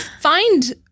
find